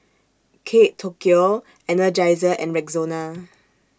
Kate Tokyo Energizer and Rexona